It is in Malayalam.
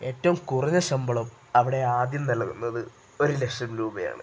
ഏറ്റവും കുറഞ്ഞ ശമ്പളം അവിടെയാദ്യം നൽകുന്നത് ഒരു ലക്ഷം രൂപയാണ്